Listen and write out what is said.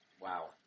Wow